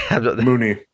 mooney